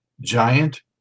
Giant